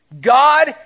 God